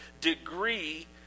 degree